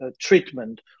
treatment